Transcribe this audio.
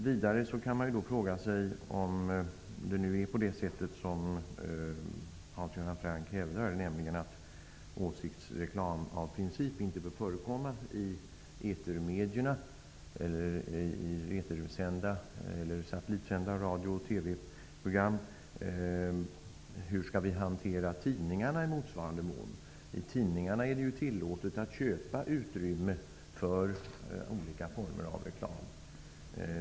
Vidare kan man fråga sig om det är på det sätt som Hans Göran Franck hävdar, nämligen att åsiktsreklam av princip inte bör förekomma i etersända eller satellitsända radio och TV program. Hur skall vi hantera tidningarna i motsvarande mån? I tidningarna är det tillåtet att köpa utrymme för olika former av reklam.